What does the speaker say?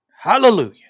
Hallelujah